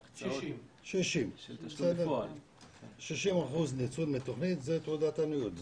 60%. 60% ניצול מתוכנית זו תעודת עניות,